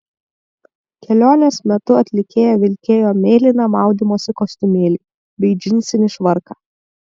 kelionės metu atlikėja vilkėjo mėlyną maudymosi kostiumėlį bei džinsinį švarką